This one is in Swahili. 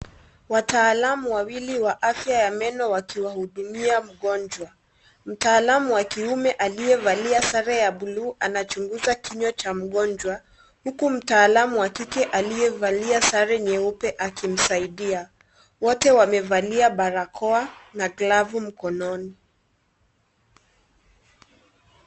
Wataalam wawili wa afya ya meno wakiwa hudumia mgonjwa, mtaalamu wa kiume aliyevalia sare ya bluu anachunguza kinywa cha mgonjwa huku mtaalam wa kike aliyevalia sare nyeupe akimsaidia wote wamevalia barakoa na glavu mkononi.